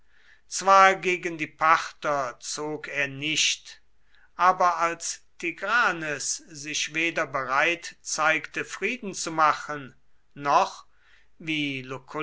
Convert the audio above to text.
zwar gegen die parther zog er nicht aber als tigranes sich weder bereit zeigte frieden zu machen noch wie